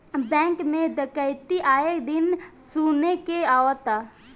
bank में डकैती आये दिन सुने में आवता